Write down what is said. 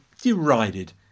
derided